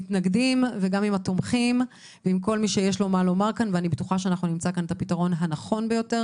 כשאני בטוחה שאנחנו נמצא את הפתרון הנכון ביותר